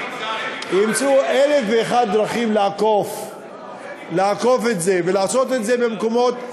ימצאו אלף ואחת דרכים לעקוף את זה ולעשות את זה במקומות אחרים.